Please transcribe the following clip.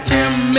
Tim